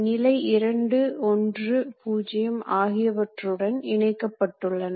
இங்கே ஒரு மோட்டார் ஒரு கியர் மூலம் பந்து திருகுடன் இணைக்கப்பட்டுள்ளது